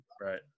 Right